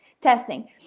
testing